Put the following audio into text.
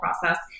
process